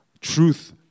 Truth